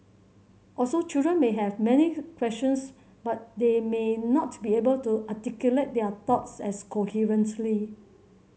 also children may have many questions but they may not be able to articulate their thoughts as coherently